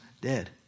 dead